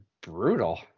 brutal